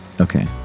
okay